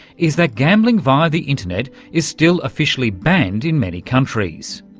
is that gambling via the internet is still officially banned in many countries.